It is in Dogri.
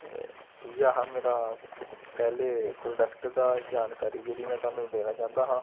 इ'यै हा मेरा पैह्ले प्रोडेक्ट दा जानकारी जेह्ड़ी में थुहानू देना चांह्दा हा